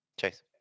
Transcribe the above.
Chase